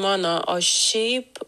mano o šiaip